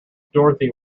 dorothy